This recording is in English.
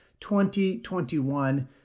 2021